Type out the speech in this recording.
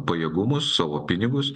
pajėgumus savo pinigus